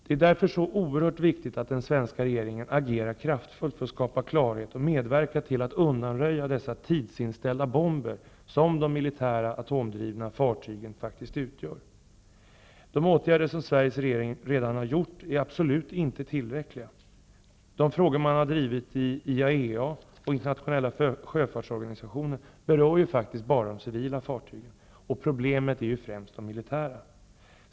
Det är därför så oerhört viktigt att den svenska regeringen agerar kraftfullt för att skapa klarhet och medverka till att undanröja dessa tidsinställda bomber som de militära atomdrivna fartygen faktiskt utgör. De åtgärder som Sveriges regeringen redan har vidtagit är absolut inte tillräckliga. De frågor som Sverige har drivit i IAEA och i Internationella sjöfartsorganisationen berör faktiskt bara de civila fartygen. Problemet är ju främst de militära.